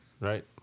right